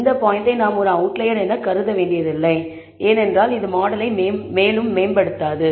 இந்த பாயிண்டை நாம் ஒரு அவுட்லயர் என்று கருத வேண்டியதில்லை ஏனென்றால் இது மாடலை மேலும் மேம்படுத்தாது